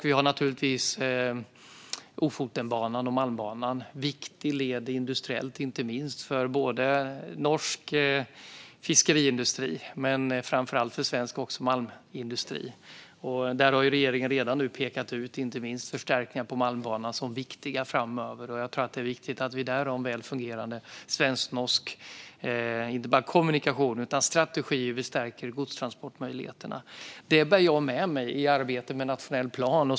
Vi har naturligtvis också Ofotenbanan och Malmbanan, som är en viktig led industriellt för norsk fiskeriindustri och framför allt för svensk malmindustri. Där har regeringen redan nu pekat ut inte minst förstärkningar på Malmbanan som viktiga framöver. Jag tror att det är viktigt att vi har en väl fungerande svensk-norsk inte bara kommunikation utan också strategi för hur vi stärker godstransportmöjligheterna. Detta bär jag med mig i arbetet med nationell plan.